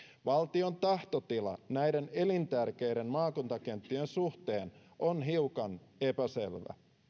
valtion tahtotila näiden elintärkeiden maakuntakenttien suhteen on hiukan epäselvä